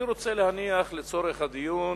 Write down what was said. אני רוצה להניח לצורך הדיון